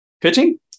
pitching